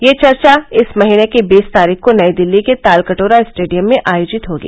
यह चर्चा इस महीने की बीस तारीख को नई दिल्ली के तालकटोरा स्टेडियम में आयोजित होगी